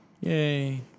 yay